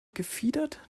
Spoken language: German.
gefiedert